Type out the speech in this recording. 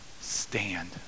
Stand